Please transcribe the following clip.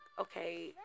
okay